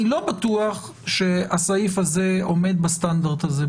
אני לא בטוח שהסעיף הזה עומד בסטנדרט הזה,